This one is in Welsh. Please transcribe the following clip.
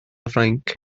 ffrainc